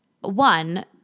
one